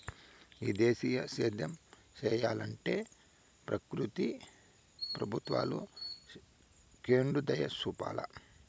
ఈ దేశీయ సేద్యం సెయ్యలంటే ప్రకృతి ప్రభుత్వాలు కెండుదయచూపాల